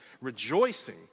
Rejoicing